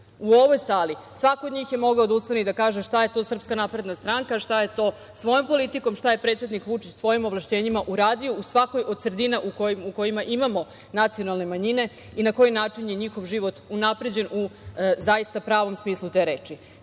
u ovoj sali, svako od njih je mogao da ustane i da kaže šta je to SNS, šta je to svojom politikom, šta je predsednik Vučić svojim ovlašćenjima uradio u svakoj od sredina u kojima imamo nacionalne manjine i na koji način je njihov život unapređen u zaista pravom smislu te reči. Prema